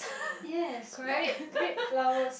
yes red red flowers